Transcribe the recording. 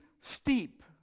steep